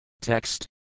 Text